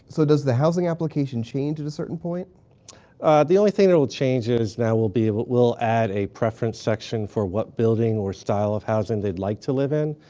so does the housing application change at a certain point? ah the only thing that will change is now we'll be able, we'll add a preference section for what building or style of housing they'd like to live in.